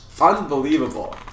unbelievable